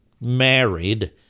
married